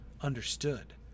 understood